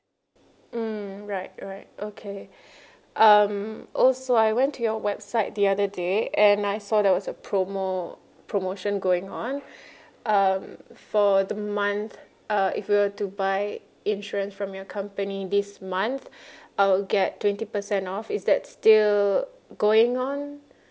mm right right okay um also I went to your website the other day and I saw there was a promo promotion going on um for the month uh if we were to buy insurance from your company this month I'll get twenty percent off is that still going on